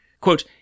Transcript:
Quote